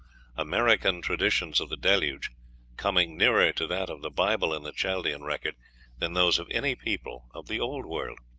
american traditions of the deluge coming nearer to that of the bible and the chaldean record than those of any people of the old world.